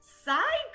side